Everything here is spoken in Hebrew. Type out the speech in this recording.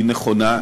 היא נכונה,